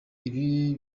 ibiza